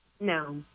No